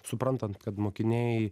suprantant kad mokiniai